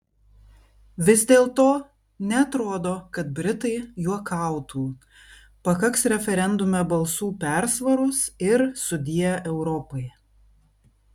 vis dėlto neatrodo kad britai juokautų pakaks referendume balsų persvaros ir sudie europai